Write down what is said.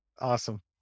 Awesome